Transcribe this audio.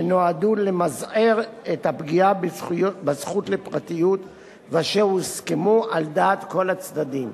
שנועדו למזער את הפגיעה בזכות לפרטיות ואשר הוסכמו על דעת כל הצדדים: